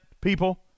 people